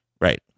Right